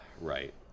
right